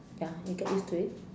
ya you'll get used to it